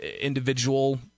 individual